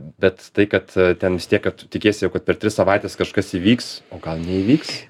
bet tai kad ten vistiek kad tu tikiesi jau kad per tris savaites kažkas įvyks o gal neįvyks